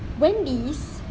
wendy's